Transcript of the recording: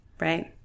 right